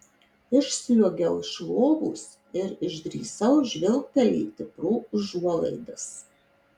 išsliuogiau iš lovos ir išdrįsau žvilgtelėti pro užuolaidas